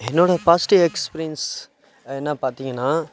என்னோடய positive experience என்ன பார்த்தீங்கன்னா